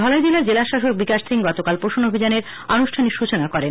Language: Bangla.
ধলাই জেলার জেলা শাসক বিকাশ সিং গতকাল পোষণ অভিযানের অনুষ্ঠানিক সূচনা করেন